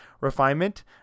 refinement